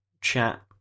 chat